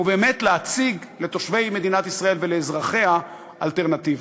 ובאמת להציג לתושבי מדינת ישראל ולאזרחיה אלטרנטיבה.